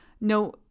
no